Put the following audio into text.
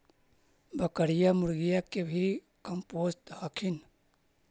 बकरीया, मुर्गीया के भी कमपोसत हखिन?